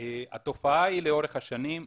התופעה היא לאורך השנים.